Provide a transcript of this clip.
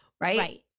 right